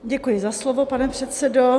Děkuji za slovo, pane předsedo.